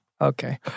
Okay